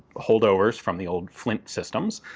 holdovers from the old flint systems.